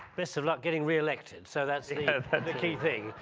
best of luck getting reelected. so that's the key thing.